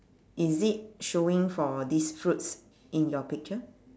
is it showing for these fruits in your picture